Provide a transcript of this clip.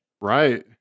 Right